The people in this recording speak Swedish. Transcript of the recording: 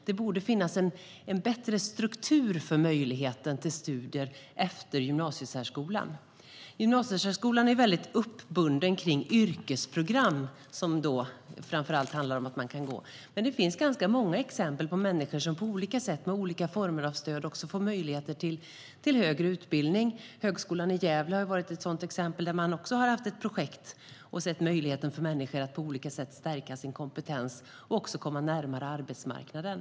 Det borde finnas en bättre struktur för möjligheten till studier efter gymnasiesärskolan. Gymnasiesärskolan är väldigt uppbunden runt yrkesprogram, men det finns ganska många exempel på människor som på olika sätt och med olika former av stöd också får möjlighet till högre utbildning. Till exempel har Högskolan i Gävle drivit ett projekt som möjliggjort för människor att stärka sin kompetens och komma närmare arbetsmarknaden.